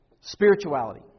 spirituality